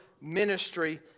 ministry